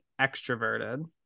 extroverted